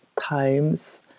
times